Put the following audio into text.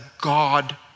God